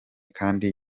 kandi